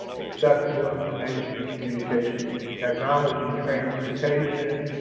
accessible information and communication technology, transportation,